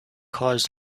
caused